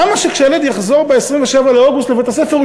כשהילד יחזור ב-27 באוגוסט לבית-הספר,